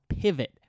pivot